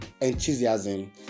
enthusiasm